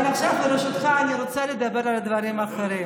אבל עכשיו, ברשותך, אני רוצה לדבר על דברים אחרים.